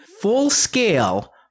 full-scale